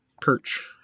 perch